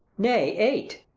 nay, eight!